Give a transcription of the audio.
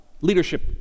leadership